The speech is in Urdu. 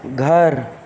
گھر